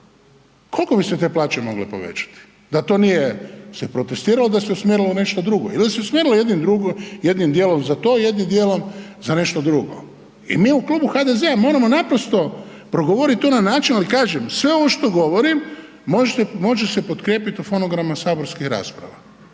Koliko bi se te plaće mogle povećati da to nije se protestiralo da se usmjerilo na nešto drugo? Ili su .../Govornik se ne razumije./... jednim dijelom za to jednim dijelom za nešto drugo. I mi u Klubu HDZ-a moramo naprosto progovoriti to na način, ali kažem, sve ovo što govorim, može se potkrijepiti od fonograma saborskih rasprava.